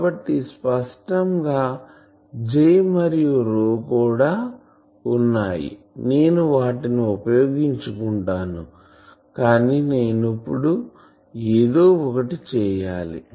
కాబట్టి స్పష్టంగా J మరియు ρ కూడా ఉన్నాయి నేను వాటిని ఉపయోగించుకుంటాను కాని నేను ఇప్పుడు ఏదో ఒకటి చేయాలి